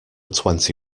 twenty